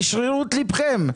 בשרירות ליבכם,